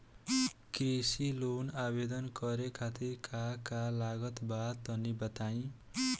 कृषि लोन के आवेदन करे खातिर का का लागत बा तनि बताई?